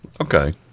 Okay